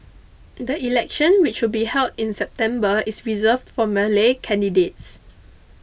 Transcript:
the election which will be held in September is reserved for Malay candidates